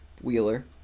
Wheeler